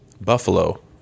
Buffalo